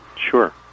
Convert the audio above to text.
sure